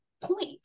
point